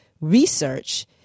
research